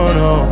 no